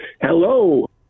Hello